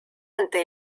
ante